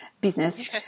business